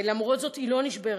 ולמרות זאת היא לא נשברה,